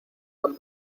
tan